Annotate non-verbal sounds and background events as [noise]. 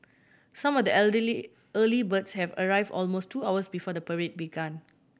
some of the [unintelligible] early birds have arrive almost two hours before the parade began